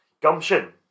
Gumption